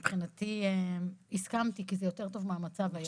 מבחינתי הסכמתי כי זה יותר טוב מהמצב היום.